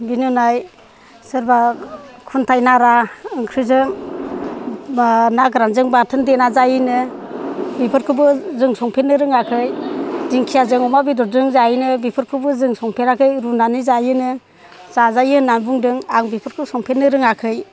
बिनि उनावहाय सोरबा खुन्थाय नारा ओंख्रिजों एबा ना गोरानजों बाथोन देनानै जायोनो बेफोरखौबो जों संफेरनो रोङाखै दिंखियाजों अमा बेदरजों जायोनो बेफोरखौबो जों संफेराखै रुनानै जायोनो जाजायो होनना बुंदों आं बेफोरखौ संफेरनो रोङाखै